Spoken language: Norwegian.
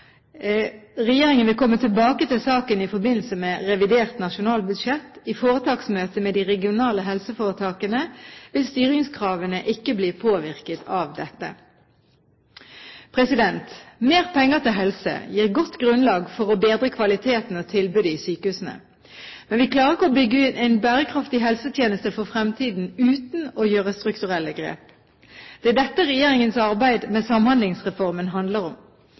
Regjeringen vil komme tilbake til saken i forbindelse med revidert nasjonalbudsjett. I foretaksmøtet med de regionale helseforetakene vil styringskravene ikke bli påvirket av dette. Mer penger til helse gir et godt grunnlag for å bedre kvaliteten og tilbudet i sykehusene. Men vi klarer ikke å bygge en bærekraftig helsetjeneste for fremtiden uten å gjøre strukturelle grep. Det er dette regjeringens arbeid med Samhandlingsreformen handler om.